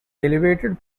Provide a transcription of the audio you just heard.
elevated